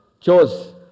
chose